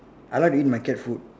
I like to eat my cat food